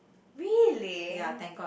really